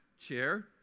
chair